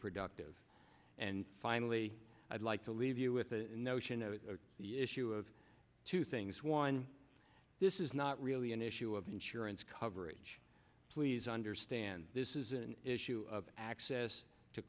productive and finally i'd like to leave you with the notion of the issue of two things one this is not really an issue of insurance coverage please understand this is an issue of access to